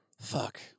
Fuck